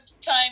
time